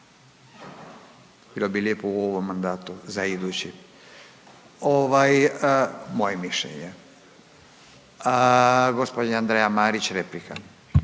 Bilo bi lijepo u ovom mandatu za idući, ovaj moje mišljenje. Gospođa Andreja Marić, replika.